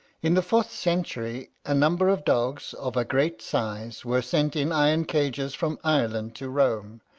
in the fourth century a number of dogs, of a great size, were sent in iron cages from ireland to rome,